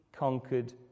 conquered